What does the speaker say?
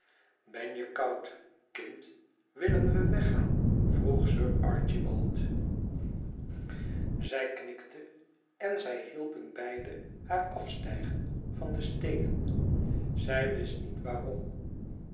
ben je koud kind willen we weggaan vroeg sir archibald zij knikte en zij hielpen beiden haar afstijgen van de steenen zij wist niet waarom